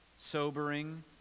sobering